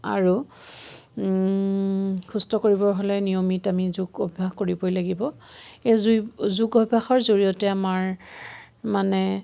আৰু সুস্থ কৰিব হ'লে নিয়মিত আমি যোগ অভ্যাস কৰিবই লাগিব এই জুই যোগ অভ্যাসৰ জৰিয়তে আমাৰ মানে